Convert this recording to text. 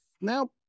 now